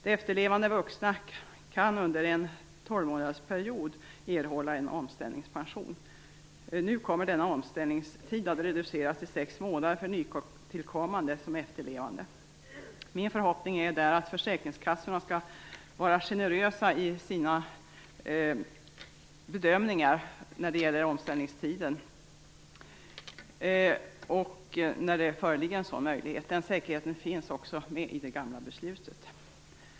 De efterlevande vuxna kan under en tolvmånadersperiod erhålla en omställningspension. Nu kommer denna omställningstid att reduceras till sex månader för nytillkommande som efterlevande. Min förhoppning är där att försäkringskassorna skall vara generösa i sina bedömningar av omställningstiden när det föreligger en sådan möjlighet. Den säkerheten finns också med i det gamla beslutet.